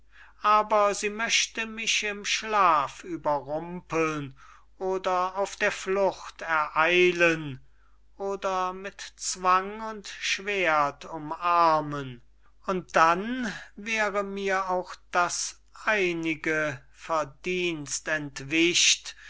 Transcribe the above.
aber sie möchte mich im schlaf überrumpeln oder auf der flucht ereilen oder mit zwang und schwert umarmen und dann wäre mir auch das einige verdienst entwischt